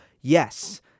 Yes